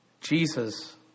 Jesus